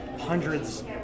hundreds